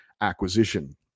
acquisition